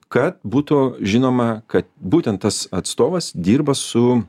kad būtų žinoma kad būtent tas atstovas dirba su